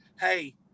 hey